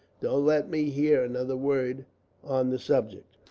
don't let me hear another word on the subject.